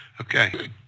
Okay